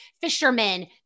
fishermen